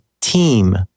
Team